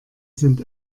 sind